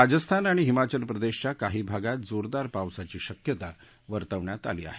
राजस्थान आणि हिमाचल प्रदेशच्या काही भागात जोरदार पावसाची शक्यता वर्तवण्यात आली आहे